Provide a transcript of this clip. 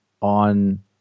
on